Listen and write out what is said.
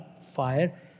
fire